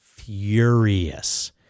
furious